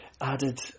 added